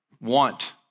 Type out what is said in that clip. want